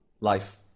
life